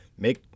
Make